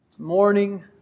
Morning